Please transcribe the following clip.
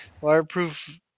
waterproof